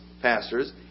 pastors